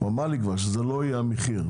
אמר לי שזה לא יהיה המחיר.